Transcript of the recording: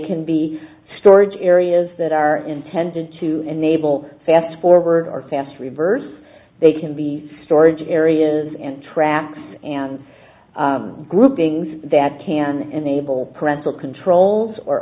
can be storage areas that are intended to enable fast forward or fast reverse they can be storage areas and tracks and groupings that can enable parental controls or